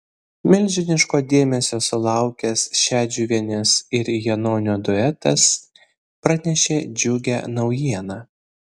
milžiniško dėmesio sulaukęs šedžiuvienės ir janonio duetas pranešė džiugią naujieną